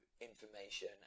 information